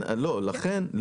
לא תמיד.